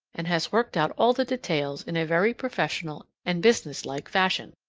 and has worked out all the details in a very professional and businesslike fashion,